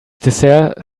dessert